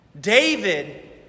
David